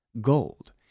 Gold